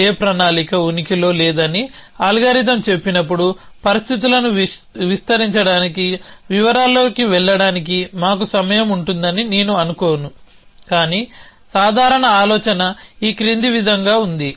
ఏ ప్రణాళిక ఉనికిలో లేదని అల్గోరిథం చెప్పినప్పుడు పరిస్థితులను విస్తరించడానికి వివరాల్లోకి వెళ్లడానికి మాకు సమయం ఉంటుందని నేను అనుకోను కానీ సాధారణ ఆలోచన ఈ క్రింది విధంగా ఉంది